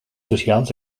socials